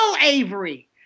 Avery